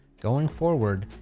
going forward,